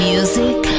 Music